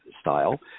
style